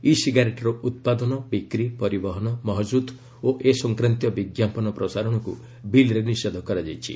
ଇ ସିଗାରେଟ୍ର ଉତ୍ପାଦନ ବିକ୍ରି ପରିବହନ ମହକୁଦ ଓ ଏ ସଂକ୍ରାନ୍ତୀୟ ବିଜ୍ଞାପନ ପ୍ରସାରଣକୁ ବିଲ୍ରେ ନିଷେଧ କରାଯାଇଛି